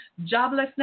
joblessness